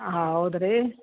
ಆಂ ಹಾಂ ಹೌದ್ ರೀ